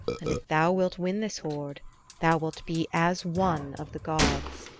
and if thou wilt win this hoard thou wilt be as one of the gods.